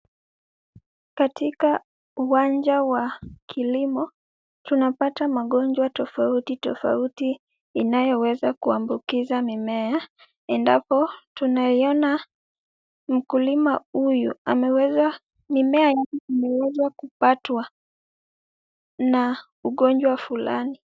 Katika uwanja wa kilimo tunapata magonjwa tofauti tofauti inayoweza kuambukiza mimea endapo tunaiona mkulima huyu ameweza, mimea hii imeweza kupatwa na ugonjwa fulani.